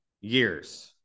years